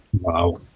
Wow